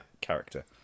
character